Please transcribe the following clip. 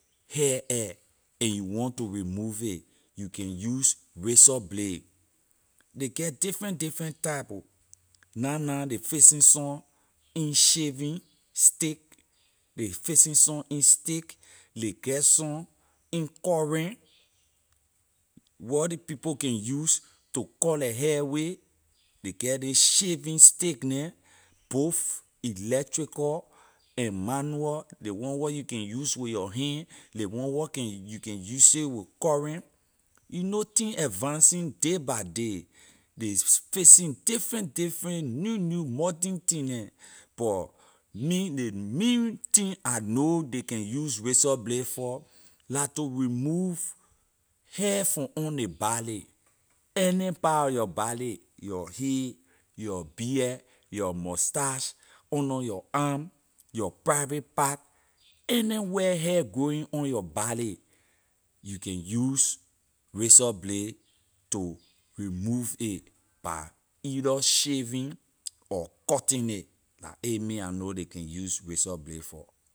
Hair air and you want to remove a you can use razor blade ley get different different type ho nah nah ley fixing some in shaving stick ley fixing some in stick ley get some in current wor ley people can use to cut la hair with ley get ley shaving stick neh both electrical and manual ley one where you can use with your hand ley one wor can you can use it with current you know thing advancing day by day ley fixing different different new new modern thing neh but me ley main thing I know ley can use razor blade for la to remove hair from on ley body any part of ley body your hay your beard your mustache under your arm your private part anywhere hair growing on your body you can use razor blade to remove a by either shaving or cutting it la a me I know ley can use razor blade for.